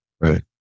Right